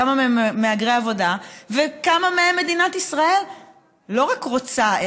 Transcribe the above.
כמה מהם מהגרי עבודה וכמה מהם מדינת ישראל לא רק רוצה,